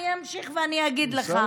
אני אמשיך ואני אגיד לך.